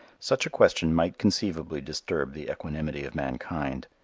such a question might conceivably disturb the equanimity of mankind.